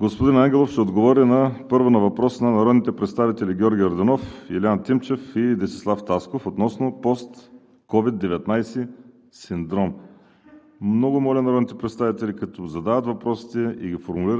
Господин Ангелов първо ще отговори на въпрос на народните представители Георги Йорданов, Илиян Тимчев и Десислав Тасков относно Post-Covid-19 синдром. Много моля народните представители, като задават и формулират въпросите си,